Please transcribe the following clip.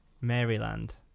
Maryland